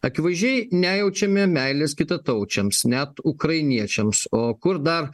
akivaizdžiai nejaučiame meilės kitataučiams net ukrainiečiams o kur dar